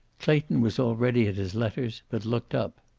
clayton was already at his letters, but looked up.